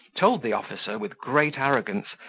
told the officer, with great arrogance,